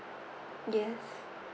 yes